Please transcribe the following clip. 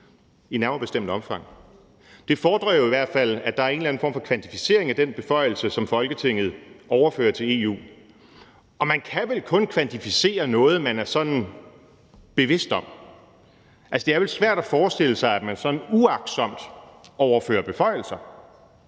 »I nærmere bestemt omfang« – det fordrer jo i hvert fald, at der er en eller anden form for kvantificering af den beføjelse, som Folketinget overfører til EU. Og man kan vel kun kvantificere noget, som man er bevidst om. Altså, det er vel svært at forestille sig, at man sådan uagtsomt overfører beføjelser.